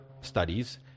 studies